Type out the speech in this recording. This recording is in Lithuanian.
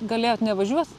galėjot nevažiuot